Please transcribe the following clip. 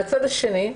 מהצד השני,